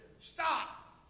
Stop